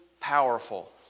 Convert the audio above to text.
Powerful